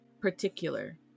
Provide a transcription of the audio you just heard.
particular